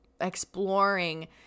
exploring